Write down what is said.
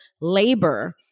labor